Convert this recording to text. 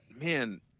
man